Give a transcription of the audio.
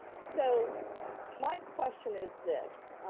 so my question is this.